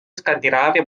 skandinaavia